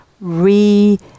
re-